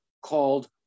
called